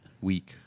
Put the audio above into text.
week